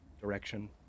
direction